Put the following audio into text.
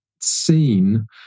seen